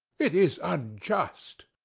it is unjust.